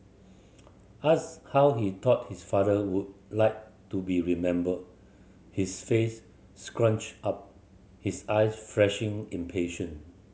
asked how he thought his father would like to be remembered his face scrunched up his eyes flashing impatient